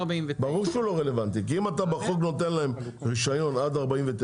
ברור שהוא לא רלוונטי כי אם אתה בחוק נותן להם רישיון עד 2049,